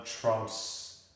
trumps